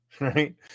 right